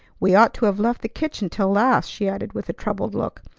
we ought to have left the kitchen till last, she added with a troubled look.